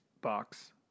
box